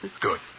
Good